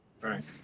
right